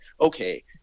okay